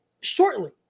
shortly